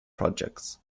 projects